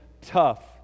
tough